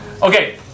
Okay